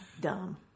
dumb